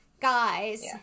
Guys